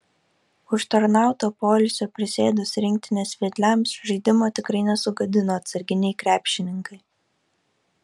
užtarnauto poilsio prisėdus rinktinės vedliams žaidimo tikrai nesugadino atsarginiai krepšininkai